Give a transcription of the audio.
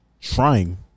trying